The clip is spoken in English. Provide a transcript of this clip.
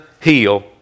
heal